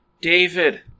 David